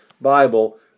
Bible